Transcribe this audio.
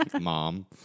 mom